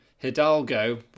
Hidalgo